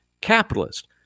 capitalist